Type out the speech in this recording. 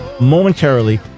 momentarily